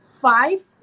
five